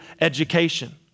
education